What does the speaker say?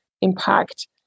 impact